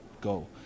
go